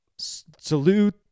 salute